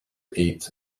eat